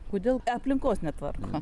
kodėl aplinkos netvarko